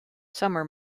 summer